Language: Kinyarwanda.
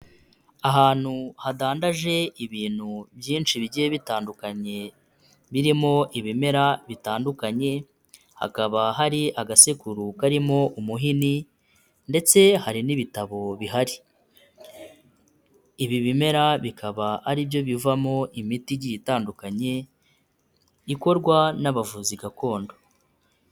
Ahantu hadandaje ibintu byinshi bigiye bitandukanye birimo ibimera bitandukanye, hakaba hari agasekuru karimo umuhini ndetse hari n'ibitabo bihari. Ibi bimera bikaba ari byo bivamo imiti igiye itandukanye ikorwa n'abavuzi gakondo.